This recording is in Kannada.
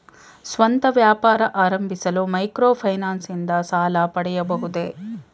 ಸ್ವಂತ ವ್ಯಾಪಾರ ಆರಂಭಿಸಲು ಮೈಕ್ರೋ ಫೈನಾನ್ಸ್ ಇಂದ ಸಾಲ ಪಡೆಯಬಹುದೇ?